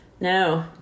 no